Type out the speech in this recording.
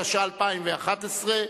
התשע"ב 2011,